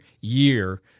year